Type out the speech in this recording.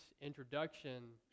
introduction